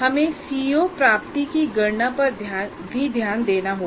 हमे सीओ प्राप्ति की गणना पर भी ध्यान देना होगा